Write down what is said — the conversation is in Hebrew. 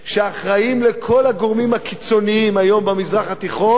שאחראים לכל הגורמים הקיצוניים היום במזרח התיכון,